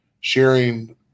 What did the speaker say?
sharing